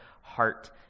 heart